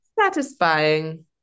satisfying